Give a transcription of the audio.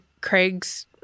Craig's